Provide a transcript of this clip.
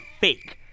fake